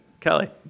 Kelly